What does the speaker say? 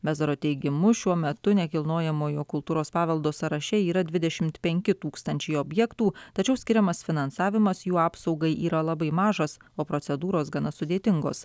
bezaro teigimu šiuo metu nekilnojamojo kultūros paveldo sąraše yra dvidešimt penki tūkstančiai objektų tačiau skiriamas finansavimas jų apsaugai yra labai mažas o procedūros gana sudėtingos